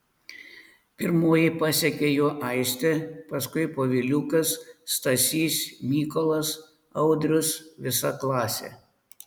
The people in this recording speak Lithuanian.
pirmoji pasekė juo aistė paskui poviliukas stasys mykolas audrius visa klasė